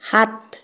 সাত